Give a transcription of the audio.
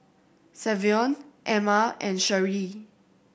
Savion Emma and Sharee